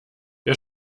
wer